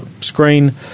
screen